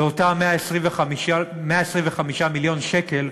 באותם 125 מיליון שקל,